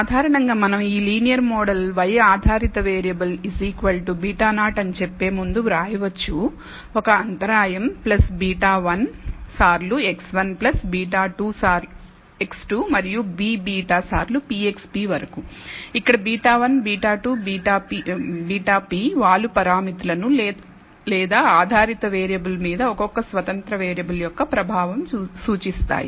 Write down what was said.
సాధారణంగా మనం ఈ లీనియర్ మోడల్ y ఆధారిత వేరియబుల్ β0 అని చెప్పే ముందు వ్రాయవచ్చు ఒక అంతరాయం β1 సార్లు x1 β2 సార్లు x2 మరియు bβ సార్లు pxp వరకు ఇక్కడ β1 β2 βp వాలు పారామితులను లేదా ఆధారిత వేరియబుల్ మీద ఒక్కొక్క స్వతంత్ర వేరియబుల్ యొక్క ప్రభావం సూచిస్తాయి